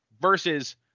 versus